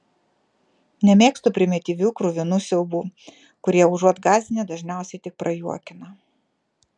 nemėgstu primityvių kruvinų siaubų kurie užuot gąsdinę dažniausiai tik prajuokina